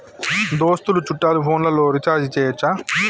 దోస్తులు చుట్టాలు ఫోన్లలో రీఛార్జి చేయచ్చా?